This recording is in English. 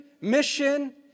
mission